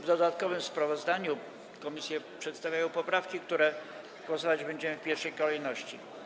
W dodatkowym sprawozdaniu komisje przedstawiają poprawki, nad którymi głosować będziemy w pierwszej kolejności.